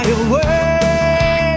away